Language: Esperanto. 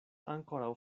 ankoraŭ